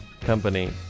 company